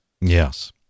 Yes